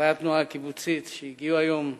חברי התנועה הקיבוצית שהגיעו היום למשכן,